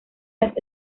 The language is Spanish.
las